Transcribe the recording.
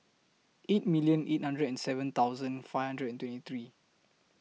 eight million eight hundred and seven thousand five hundred and twenty three